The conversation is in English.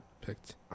picked